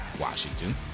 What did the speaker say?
Washington